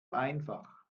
einfach